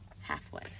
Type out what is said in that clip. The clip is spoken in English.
Halfway